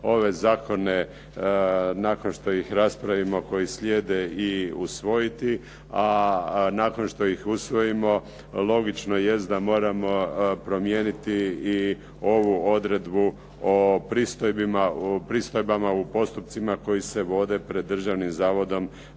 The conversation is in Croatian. ove zakone nakon što ih raspravimo koji slijede i usvojiti, a nakon što ih usvojimo logično jest da moramo promijeniti i ovu odredbu o pristojbama u postupcima koji se vode pred Državnim zavodom